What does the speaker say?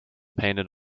painted